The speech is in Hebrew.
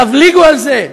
תבליגו על זה,